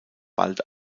bald